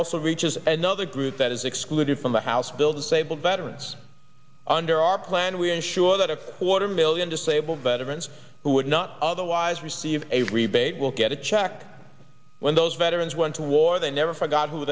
also reaches another group that is excluded from the house bill disabled veterans there are plan we insure that a quarter million disabled veterans who would not otherwise receive a rebate will get a check when those veterans went to war they never forgot who